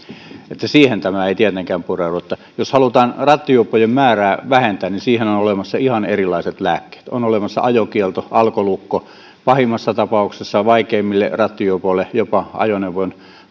siihen tämä ei tietenkään pureudu jos halutaan rattijuoppojen määrää vähentää niin siihen on olemassa ihan erilaiset lääkkeet on olemassa ajokielto alkolukko pahimmassa tapauksessa vaikeimmille rattijuopoille jopa ajoneuvon